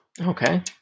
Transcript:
Okay